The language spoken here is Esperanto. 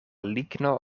ligno